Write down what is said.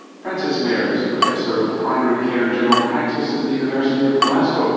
frances mair is professor of primary care and general practice at the university of glasgow.